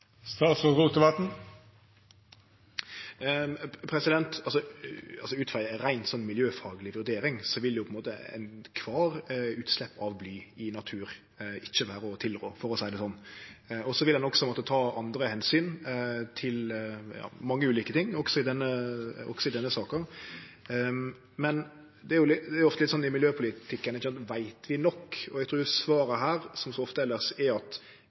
Ut frå ei reint miljøfagleg vurdering vil kvart utslepp av bly i naturen ikkje vere å tilrå, for å seie det sånn. Så vil ein også måtte ta andre omsyn, til mange ulike ting, også i denne saka. Det er ofte litt sånn i miljøpolitikken: ikkje at vi ikkje veit nok, men eg trur svaret her, som så ofte elles, er at